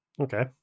Okay